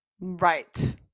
Right